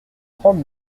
trente